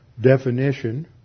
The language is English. definition